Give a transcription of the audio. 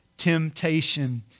temptation